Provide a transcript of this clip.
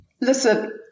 Listen